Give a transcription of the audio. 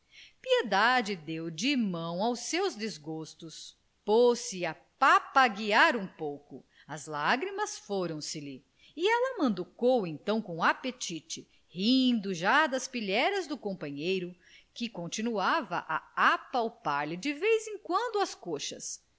piedade deu de mão aos seus desgostos pôs-se a papaguear um pouco as lágrimas foram se lhe e ela manducou então com apetite rindo já das pilhérias do companheiro que continuava a apalpar lhe de vez em quando as coxas